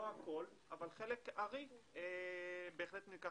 לא הכל, אבל החלק הארי בהחלט נלקח